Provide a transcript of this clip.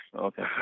Okay